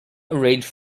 arranged